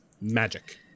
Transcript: magic